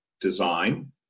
design